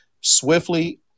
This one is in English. swiftly